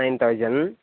nine thousand